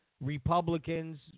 Republicans